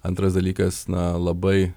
antras dalykas na labai